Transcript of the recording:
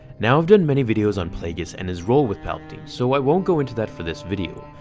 now i've done many videos on plagueis and his role with palpatine, so i won't go into that for this video.